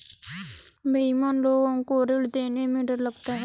बेईमान लोग को ऋण देने में डर लगता है